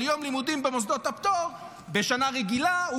אבל יום לימודים במוסדות הפטור בשנה רגילה הוא